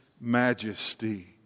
majesty